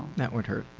that would hurt.